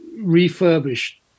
refurbished